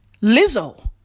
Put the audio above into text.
Lizzo